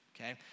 okay